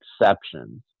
exceptions